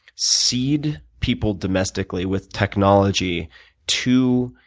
seed people domestically with technology to,